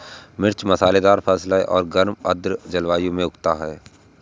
मिर्च मसालेदार फल है और गर्म आर्द्र जलवायु में उगता है